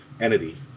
entity